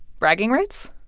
bragging rights.